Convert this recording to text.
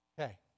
Okay